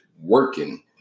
working